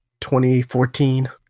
2014